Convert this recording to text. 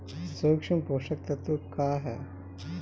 सूक्ष्म पोषक तत्व का ह?